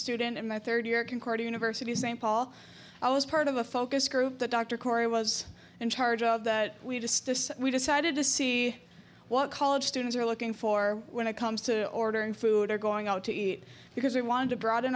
student in my third year concord university st paul i was part of a focus group that dr corey was in charge of that we just we decided to see what college students are looking for when it comes to ordering food or going out to eat because we want to broaden